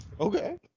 Okay